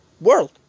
world